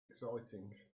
exciting